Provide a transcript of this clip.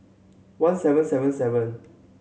one seven seven seven